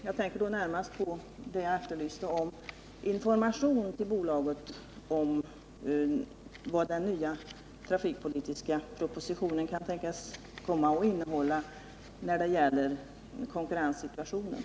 Jag tänker närmast på information till bolaget om de eventuella förslagen i den nya trafikpolitiska propositionen som kan tänkas stärka järnvägens konkurrensförmåga.